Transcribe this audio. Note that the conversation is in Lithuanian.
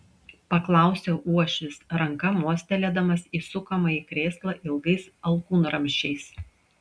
paklausė uošvis ranka mostelėdamas į sukamąjį krėslą ilgais alkūnramsčiais